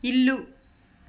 ఇల్లు